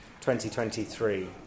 2023